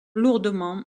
lourdement